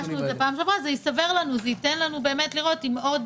זה יאפשר לנו לראות עוד